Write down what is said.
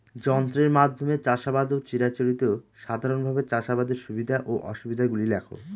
যন্ত্রের মাধ্যমে চাষাবাদ ও চিরাচরিত সাধারণভাবে চাষাবাদের সুবিধা ও অসুবিধা গুলি লেখ?